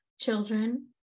children